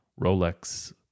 Rolex